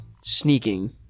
sneaking